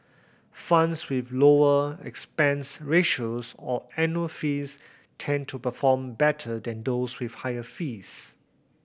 funds with lower expense ratios or annual fees tend to perform better than those with higher fees